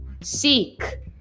Seek